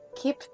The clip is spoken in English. keep